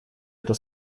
это